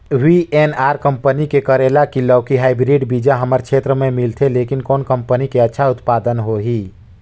VNR company के करेला की लौकी हाईब्रिड बीजा हमर क्षेत्र मे मिलथे, लेकिन कौन कंपनी के अच्छा उत्पादन होही?